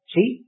See